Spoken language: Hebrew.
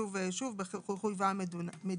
חויבה המדינה.